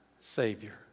Savior